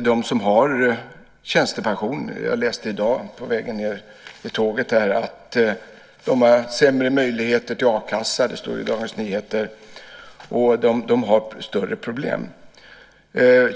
De som har tjänstepension - jag läste om detta i Dagens Nyheter på tåget hit i dag - har sämre möjligheter till a-kassa och större problem.